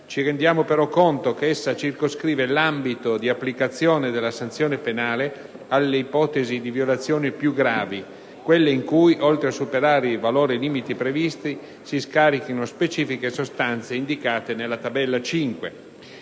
ci rendiamo però conto che esso circoscrive l'ambito di applicazione della sanzione penale alle ipotesi di violazione più gravi, quelle in cui oltre a superare i valori limite previsti si scarichino specifiche sostanze, indicate nella tabella 5.